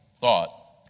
Thought